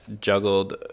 juggled